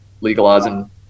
legalizing